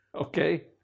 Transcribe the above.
Okay